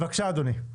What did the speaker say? בבקשה, אדוני.